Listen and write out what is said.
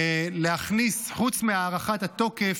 חוץ מהארכת התוקף,